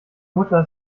mutter